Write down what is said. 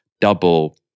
double